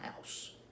house